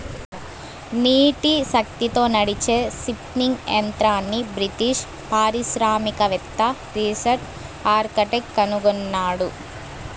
నీటి శక్తితో నడిచే స్పిన్నింగ్ యంత్రంని బ్రిటిష్ పారిశ్రామికవేత్త రిచర్డ్ ఆర్క్రైట్ కనుగొన్నాడు